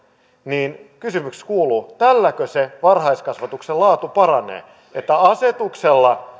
niin kysymys kuuluu tälläkö se varhaiskasvatuksen laatu paranee että asetuksella